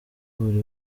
buri